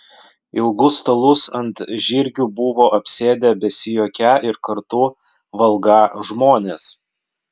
ilgus stalus ant žirgių buvo apsėdę besijuokią ir kartu valgą žmonės